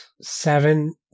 seven